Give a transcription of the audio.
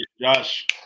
Josh